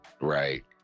Right